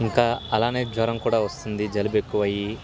ఇంకా అలానే జ్వరం కూడా వస్తుంది జలుబెక్కువయ్యి